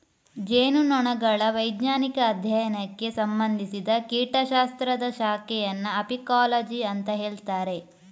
ಜೇನುನೊಣಗಳ ವೈಜ್ಞಾನಿಕ ಅಧ್ಯಯನಕ್ಕೆ ಸಂಬಂಧಿಸಿದ ಕೀಟ ಶಾಸ್ತ್ರದ ಶಾಖೆಯನ್ನ ಅಪಿಕಾಲಜಿ ಅಂತ ಹೇಳ್ತಾರೆ